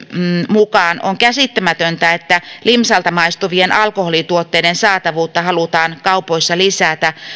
mukaan on käsittämätöntä että limsalta maistuvien alkoholituotteiden saatavuutta halutaan kaupoissa lisätä